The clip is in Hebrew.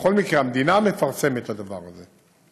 בכל מקרה, המדינה מפרסמת את הדבר הזה.